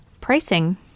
pricing